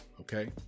Okay